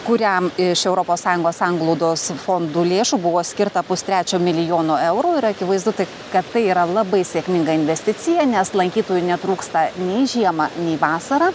kuriam iš europos sąjungos sanglaudos fondų lėšų buvo skirta pustrečio milijono eurų ir akivaizdu tai kad tai yra labai sėkminga investicija nes lankytojų netrūksta nei žiemą nei vasarą